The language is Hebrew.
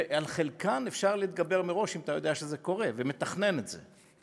ועל חלקן אפשר להתגבר מראש אם אתה יודע שזה קורה ומתכנן את זה.